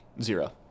Zero